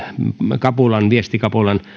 viestikapulan viestikapulan